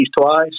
twice